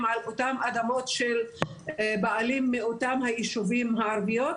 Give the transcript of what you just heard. על אותן אדמות של בעלים מאותם היישובים הערביים,